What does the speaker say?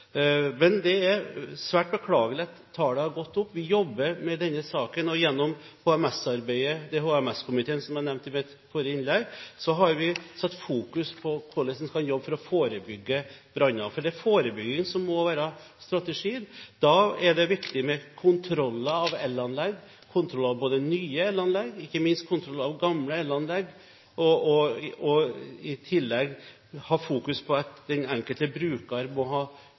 Det er svært beklagelig at tallet har gått opp. Vi jobber med denne saken, og gjennom HMS-arbeidet – HMS-komiteen som jeg nevnte i mitt forrige innlegg – har vi hatt fokus på hvordan vi kan jobbe for å forebygge branner, for det er forebygging som må være strategien. Da er det viktig med kontroller av elanlegg, kontroll av nye elanlegg, ikke minst kontroll av gamle elanlegg, og i tillegg ha fokus på at den enkelte bruker må ha